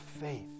faith